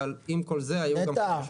אבל עם כל זה היום --- נטע,